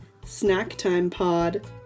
SnackTimePod